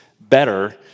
better